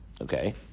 Okay